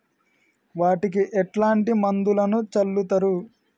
వాటికి ఎట్లాంటి మందులను చల్లుతరు?